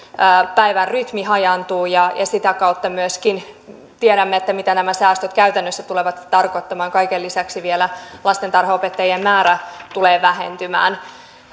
päivän rytmi hajaantuu ja sitä kautta myöskin tiedämme mitä nämä säästöt käytännössä tulevat tarkoittamaan kaiken lisäksi vielä lastentarhaopettajien määrä tulee vähentymään